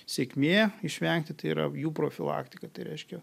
sėkmė išvengti tai yra jų profilaktika tai reiškia